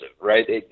right